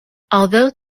although